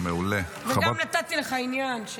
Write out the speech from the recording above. וגם נתתי לך עניין.